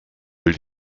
will